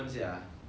like